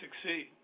succeed